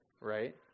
right